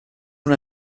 una